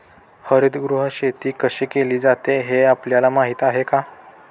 हरितगृह शेती कशी केली जाते हे आपल्याला माहीत आहे का?